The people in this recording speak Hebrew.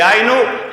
דהיינו,